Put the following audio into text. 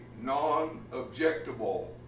non-objectable